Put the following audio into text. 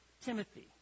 Timothy